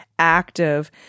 active